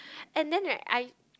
and then right I